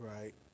Right